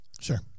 Sure